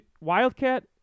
Wildcat